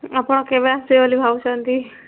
ଆପଣ କେବେ ଆସିବେ ବୋଲି ଭାବୁଛନ୍ତି